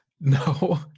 no